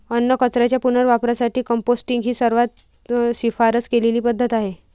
अन्नकचऱ्याच्या पुनर्वापरासाठी कंपोस्टिंग ही सर्वात शिफारस केलेली पद्धत आहे